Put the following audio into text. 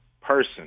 person